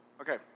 Okay